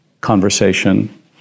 conversation